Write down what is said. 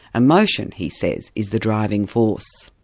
emotion he says is the driving force.